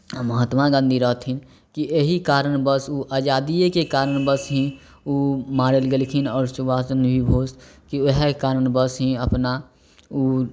महात्मा गाँधी रहथिन कि एहि कारणबस ओ आजादियेके कारणबस ही ओ मारल गेलखिन आओर सुभाष चन्द्र भी बोसके वएहे कारणबस ही अपना ओ